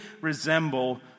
resemble